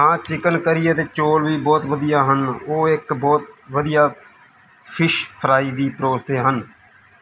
ਹਾਂ chicken curry ਅਤੇ ਚੌਲ ਵੀ ਬਹੁਤ ਵਧੀਆ ਹਨ ਉਹ ਇੱਕ ਬਹੁਤ ਵਧੀਆ ਫਿਸ਼ ਫਰਾਈ ਵੀ ਪਰੋਸਦੇ ਹਨ